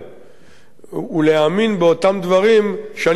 ולהאמין באותם דברים שאני יכול לומר אותם.